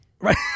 right